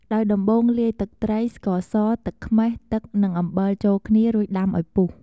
ដោយដំបូង លាយទឹកត្រី ស្ករស ទឹកខ្មេះ ទឹក និងអំបិល ចូលគ្នា រួចដាំឱ្យពុះ។